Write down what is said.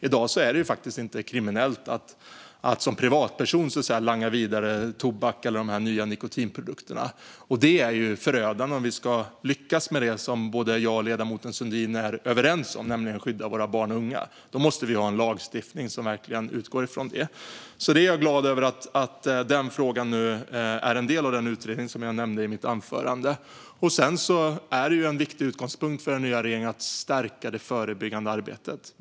I dag är det faktiskt inte kriminellt att som privatperson langa vidare tobak eller nya nikotinprodukter. Detta är förödande om vi ska lyckas med det som jag och ledamoten Sundin är överens om att vi ska göra, nämligen att skydda våra barn och unga. Då måste vi ha en lagstiftning som utgår från det. Jag är glad över att denna fråga är en del av den utredning som jag nämnde i mitt anförande. En viktig utgångspunkt för den nya regeringen är att stärka det förebyggande arbetet.